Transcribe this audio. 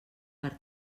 per